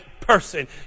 person